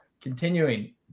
Continuing